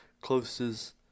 closest